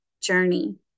journey